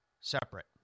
separate